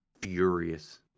furious